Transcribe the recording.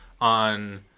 on